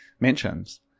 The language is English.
mentions